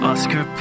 Oscar